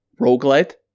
roguelite